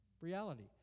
reality